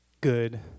good